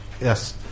yes